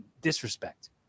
disrespect